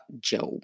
Job